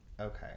Okay